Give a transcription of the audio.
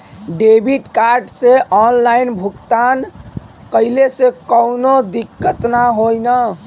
Debit card से online भुगतान कइले से काउनो दिक्कत ना होई न?